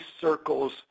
circles